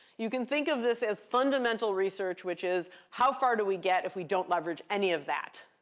you can think of this as fundamental research, which is, how far do we get if we don't leverage any of that?